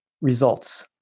results